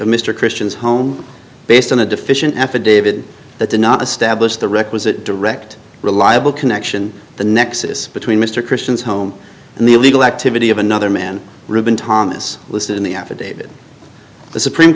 mr christian's home based on a deficient affidavit that did not establish the requisite direct reliable connection the nexus between mr christian's home and the illegal activity of another man reuben thomas listed in the affidavit the supreme